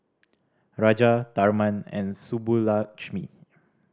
Raja Tharman and Subbulakshmi